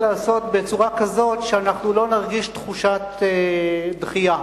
לעשות בצורה כזאת שאנחנו לא נרגיש תחושת דחייה